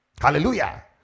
hallelujah